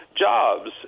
jobs